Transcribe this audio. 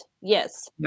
yes